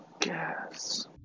guess